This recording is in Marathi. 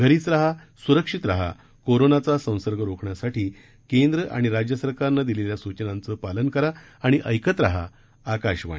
घरीच रहा सुरक्षित रहा कोरोनाचा संसर्ग रोखण्यासाठी केंद्र आणि राज्य सरकारनं दिलेल्या सूचनांचं पालन करा आणि ऐकत रहा आकाशवाणी